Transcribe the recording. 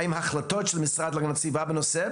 האם ההחלטות של המשרד להגנת הסביבה בנושא,